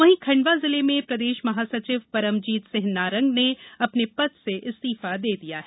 वहीं खण्डवा जिले में प्रदेश महासचिव परमजीत सिंह नारंग ने अपने पद से इस्तीफा दे दिया है